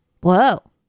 Whoa